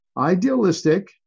idealistic